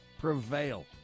prevail